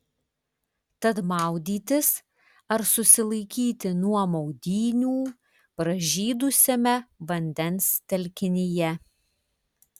tad maudytis ar susilaikyti nuo maudynių pražydusiame vandens telkinyje